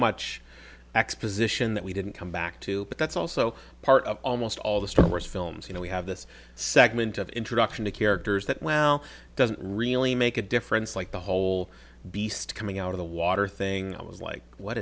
much exposition that we didn't come back to but that's also part of almost all the star wars films you know we have this segment of introduction to characters that well doesn't really make a difference like the whole beast coming out of the water thing i was like what